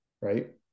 right